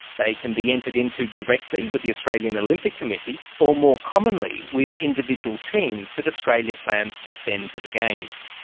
they can be entered into directly with the australian olympic committee, or more commonly, with individual teams that australia plans to send to the games.